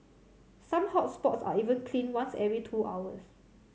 some hot spots are even cleaned once every two hours